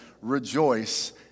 rejoice